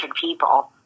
people